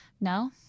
No